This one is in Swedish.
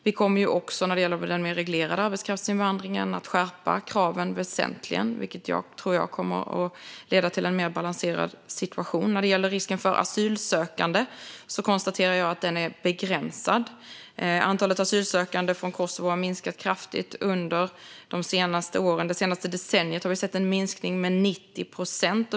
När det gäller den mer reglerade arbetskraftsinvandringen kommer vi att skärpa kraven väsentligt, vilket jag tror kommer att leda till en mer balanserad situation. Jag konstaterar att risken för asylsökande är begränsad. Antalet asylsökande från Kosovo har minskat kraftigt under de senaste åren. Det senaste decenniet har vi sett en minskning med 90 procent.